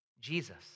Jesus